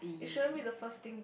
it shouldn't be the first thing